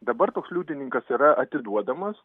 dabar toks liudininkas yra atiduodamas